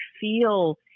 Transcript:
feel